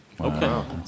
Okay